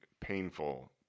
painful